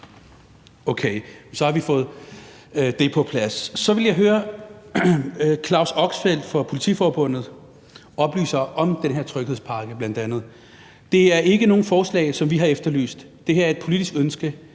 Okay, så har vi fået det på plads. Claus Oxfelt fra Politiforbundet siger bl.a. om den her tryghedspakke: »Det er ikke nogen forslag, som vi har efterlyst. Det her er et politisk ønske.